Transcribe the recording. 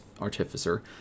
Artificer